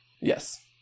Yes